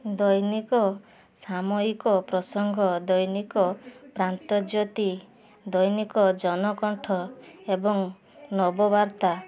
ଦୈନିକ ସାମୟିକ ପ୍ରସଙ୍ଗ ଦୈନିକ ପ୍ରାନ୍ତୋଜ୍ୟୋତି ଦୈନିକ ଜନକଣ୍ଠ ଏବଂ ନବବାର୍ତ୍ତା